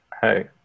Hey